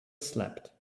slept